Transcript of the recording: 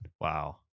Wow